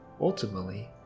ultimately